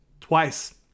twice